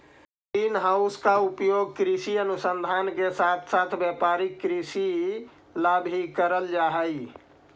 green house का उपयोग कृषि अनुसंधान के साथ साथ व्यापारिक कृषि ला भी करल जा हई